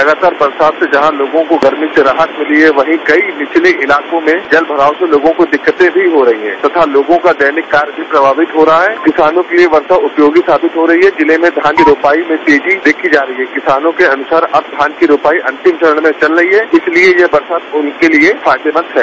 लगातार बरसात से जहां लोगो को गर्मी से राहत मिला है वहीं कई निचले इलाकों में जलभराव से भी लोगों को दिक्कत हो रही हैं तथा लोगों का दैनिक कार्य भी प्रभावित हो रहा है किसानों के लिये वर्षा उपयोगी साबित हो रहा है जिले में धान की रोपाई में तेजी देखी जा रही है किसानों के अनुसार अब धान की रोपाई अंतिम चरण में चल रहा है इसलिए यह बरसात उनके लिये फायदेमंद है